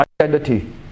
identity